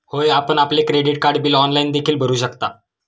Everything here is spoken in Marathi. होय, आपण आपले क्रेडिट कार्ड बिल ऑनलाइन देखील भरू शकता